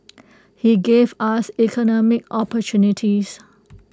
he gave us economic opportunities